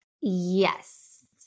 Yes